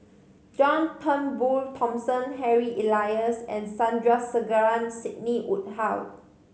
John Turnbull Thomson Harry Elias and Sandrasegaran Sidney Woodhull